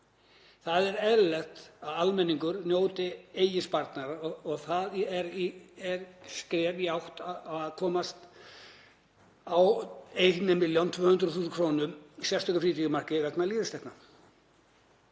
Það er eðlilegt að almenningur njóti eigin sparnaðar og það er skref í rétta átt að koma á 1.200.000 kr. sérstöku frítekjumarki vegna lífeyristekna.